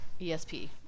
ESP